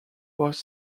was